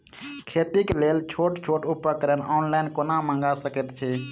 खेतीक लेल छोट छोट उपकरण ऑनलाइन कोना मंगा सकैत छी?